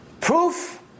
Proof